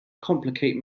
complicate